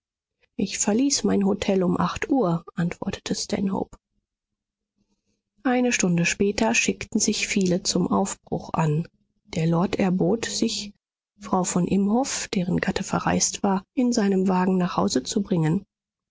ich verließ mein hotel um acht uhr antwortete stanhope eine stunde später schickten sich viele zum aufbruch an der lord erbot sich frau von imhoff deren gatte verreist war in seinem wagen nach hause zu bringen